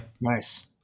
Nice